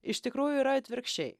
iš tikrųjų yra atvirkščiai